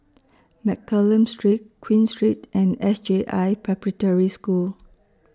Mccallum Street Queen Street and S J I Preparatory School